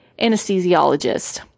anesthesiologist